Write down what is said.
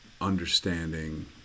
understanding